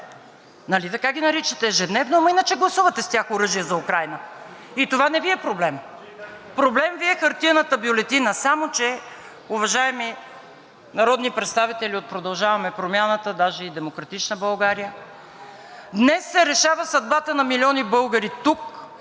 Нали така ги наричате ежедневно, но иначе гласувате с тях оръжия за Украйна и това не Ви е проблем! Проблем Ви е хартиената бюлетина. Само че, уважаеми народни представители от „Продължаваме Промяната“, даже и „Демократична България“, днес се решава съдбата на милиони българи тук